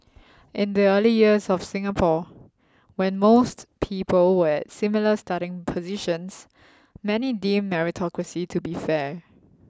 in the early years of Singapore when most people were at similar starting positions many deemed meritocracy to be fair